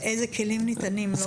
איזה כלים ניתנים לו?